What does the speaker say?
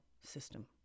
system